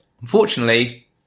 Unfortunately